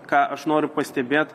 ką aš noriu pastebėt